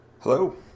Hello